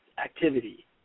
activity